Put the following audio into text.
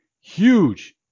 huge